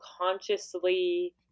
consciously